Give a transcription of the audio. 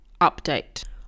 update